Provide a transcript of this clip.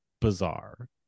bizarre